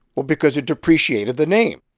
well, because it depreciated the name